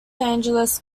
angeles